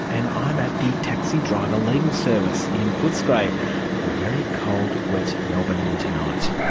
and i'm at the taxi driver legal service in footscray on a very cold, wet melbourne winter night.